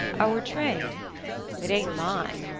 our train it ain't mine!